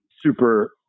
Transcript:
super